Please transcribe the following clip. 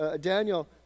Daniel